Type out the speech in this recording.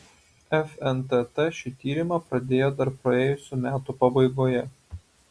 fntt šį tyrimą pradėjo dar praėjusių metų pabaigoje